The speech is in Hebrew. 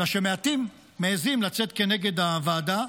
אלא שמעטים מעיזים לצאת נגד הוועדה,